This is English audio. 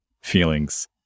feelings